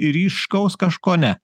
ryškaus kažko ne